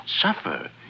suffer